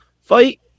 fight